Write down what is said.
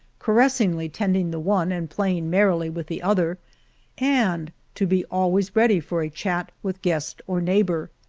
caressingly tending the one and playing merrily with the other and to be always ready for a chat with guest or neighbor.